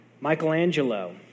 Michelangelo